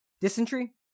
Dysentery